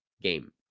game